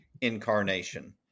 incarnation